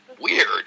weird